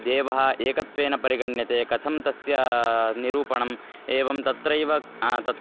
देवः एकत्वेन परिगण्यते कथं तस्य निरूपणम् एवं तत्रैव तत्